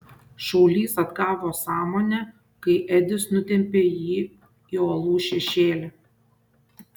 šaulys atgavo sąmonę kai edis nutempė jį į uolų šešėlį